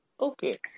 Okay